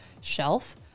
shelf